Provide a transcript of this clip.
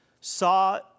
saw